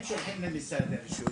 הם צריכים למשרד הרישוי,